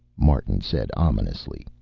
martin said ominously.